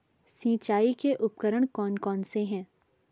सिंचाई के उपकरण कौन कौन से हैं?